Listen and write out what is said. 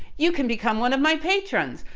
you can become one of my patrons.